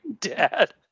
dad